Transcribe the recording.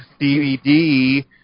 DVD